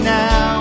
now